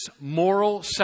moral